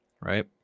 right